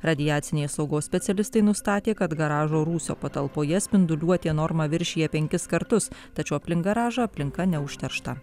radiacinės saugos specialistai nustatė kad garažo rūsio patalpoje spinduliuotė normą viršija penkis kartus tačiau aplink garažą aplinka neužteršta